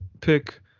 pick